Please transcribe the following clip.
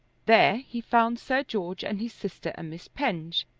there he found sir george and his sister and miss penge,